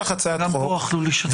גם פה אכלו לי שתו לי.